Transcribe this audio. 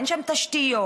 ואין תשתיות,